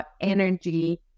energy